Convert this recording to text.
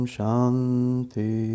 Shanti